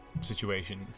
situation